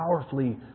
powerfully